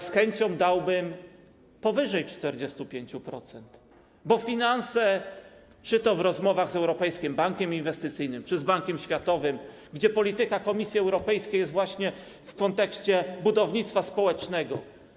Z chęcią dałbym powyżej 45%, bo finanse, czy to w rozmowach z Europejskim Bankiem Inwestycyjnym, czy z Bankiem Światowym, gdzie polityka Komisji Europejskiej jest właśnie w kontekście budownictwa społecznego.